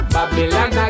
Babylon